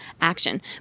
action